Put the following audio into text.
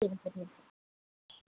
ঠিক আছে ঠিক